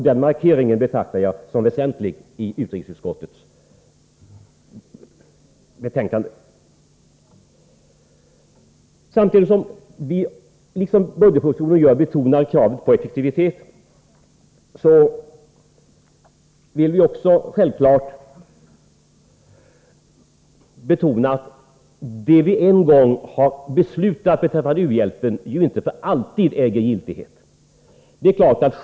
Den markeringen i utrikesutskottets betänkande betraktar jag som väsentlig. Samtidigt som vi liksom sker i budgetpropositionen betonar kravet på effektivitet vill vi självfallet också betona att det som vi en gång har beslutat beträffande u-hjälpen ju inte äger giltighet för alltid.